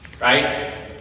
right